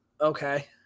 Okay